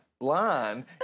line